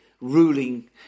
ruling